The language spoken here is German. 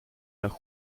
nach